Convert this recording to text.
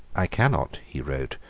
i cannot, he wrote,